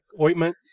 ointment